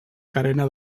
carena